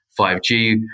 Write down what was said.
5G